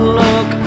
look